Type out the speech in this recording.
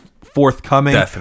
forthcoming